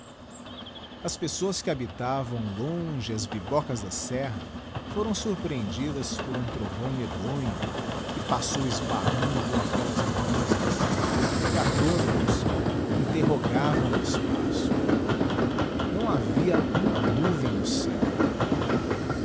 as pessoas que habitavam longe as bibocas da serra foram sorprendidas por um ti ovão medonho que passou esbarrando por aquellas encostas e attonitos interrogavam o espaço não havia uma nuvem no céu